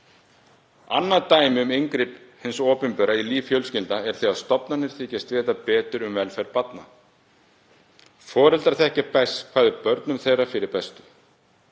Annað dæmi um inngrip hins opinbera í líf fjölskyldna er þegar stofnanir þykjast vita betur um velferð barna. Foreldrar þekkja best hvað er börnum þeirra er fyrir bestu.